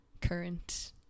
current